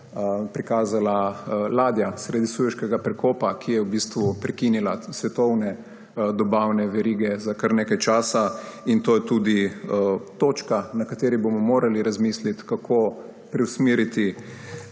prikazala ladja sredi Sueškega prekopa, ki je prekinila svetovne dobavne verige za kar nekaj časa. To je tudi točka, na kateri bomo morali razmisliti, kako preusmeriti